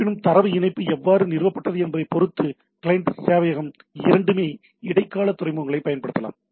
இருப்பினும் தரவு இணைப்பு எவ்வாறு நிறுவப்பட்டது என்பதைப் பொறுத்து கிளையன்ட் சேவையகம் இரண்டுமே இடைக்கால துறைமுகங்களைப் பயன்படுத்தலாம்